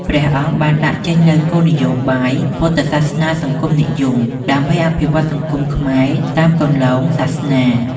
ព្រះអង្គបានដាក់ចេញនូវគោលនយោបាយ "ពុទ្ធសាសនាសង្គមនិយម" ដើម្បីអភិវឌ្ឍសង្គមខ្មែរតាមគន្លងសាសនា។